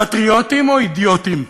פטריוטים או אידיוטים?